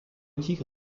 tigre